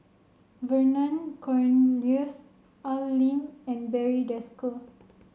Vernon Cornelius Al Lim and Barry Desker